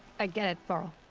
i get it, varl.